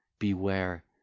beware